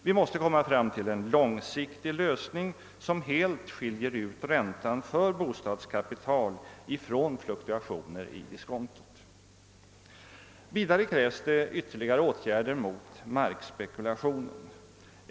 Vi måste komma fram till en långsikig lösning som helt skiljer ut räntan på bostadskapital från fluktuationer i diskontot. Vidare krävs ytterligare åtgärder mot markspekulation.